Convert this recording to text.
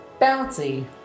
Bouncy